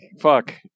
fuck